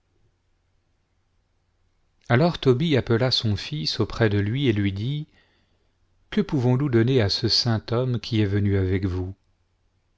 alors tobie appela son fils auprès de lui et lui dit que pouvons-nous donner à ce saint homme qui est venu avec vous